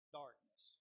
darkness